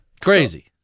Crazy